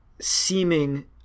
seeming